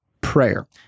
prayer